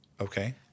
Okay